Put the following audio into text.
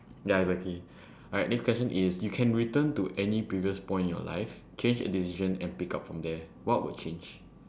ya it's okay alright next question is you can return to any previous point in your life change a decision and pick up from there what would change